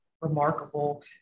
remarkable